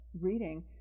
reading